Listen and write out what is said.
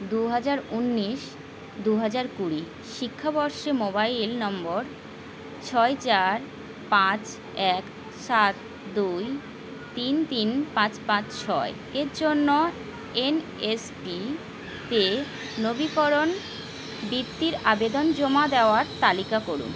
দু হাজার উনিশ দু হাজার কুড়ি শিক্ষাবর্ষে মোবাইল নম্বর ছয় চার পাঁচ এক সাত দুই তিন তিন পাঁচ পাঁচ ছয় এর জন্য এন এস পিতে নবীকরণ বৃত্তির আবেদন জমা দেওয়ার তালিকা করুন